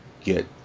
get